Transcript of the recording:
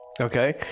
Okay